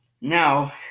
now